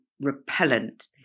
repellent